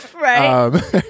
Right